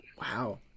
Wow